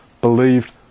believed